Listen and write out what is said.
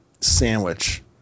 sandwich